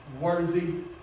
worthy